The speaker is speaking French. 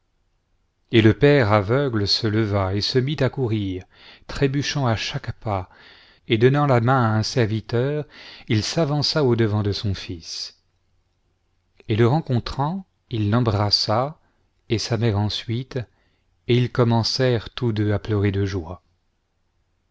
et le père aveugle se leva et se mit à courir trébuchant à chaque pas et donnant la main à un serviteur il s'avança au devant de son fils et le rencontrant il l'embrassa et sa mère ensuite et ils commencèrent tous deux à pleurer de joie